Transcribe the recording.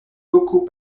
beaucoup